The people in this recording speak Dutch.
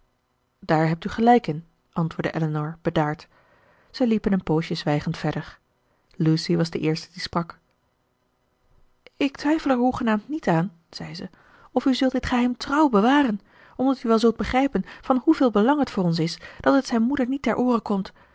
daar hebt u gelijk in antwoordde elinor bedaard zij liepen een poosje zwijgend verder lucy was de eerste die sprak ik twijfel er hoegenaamd niet aan zei ze of u zult dit geheim trouw bewaren omdat u wel zult begrijpen van hoeveel belang het voor ons is dat het zijn moeder niet ter oore komt